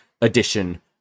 edition